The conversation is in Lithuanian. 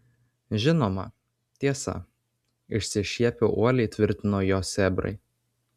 žinoma tiesa išsišiepę uoliai tvirtino jo sėbrai